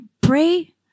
pray